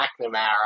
McNamara